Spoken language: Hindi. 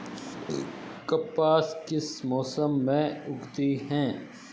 कपास किस मौसम में उगती है?